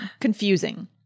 confusing